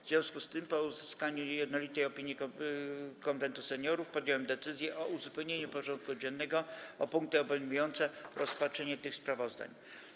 W związku z tym, po uzyskaniu jednolitej opinii Konwentu Seniorów, podjąłem decyzję o uzupełnieniu porządku dziennego o punkty obejmujące rozpatrzenie tych sprawozdań.